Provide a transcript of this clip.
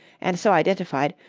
and so identified,